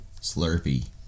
Slurpee